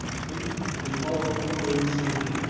faint and far off the words sounded,